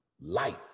light